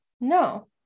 no